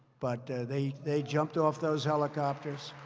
but ah they they jumped off those helicopters